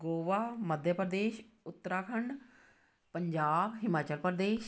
Goa Madhya Pradesh Uttarakhand Punjab Himachal Pradesh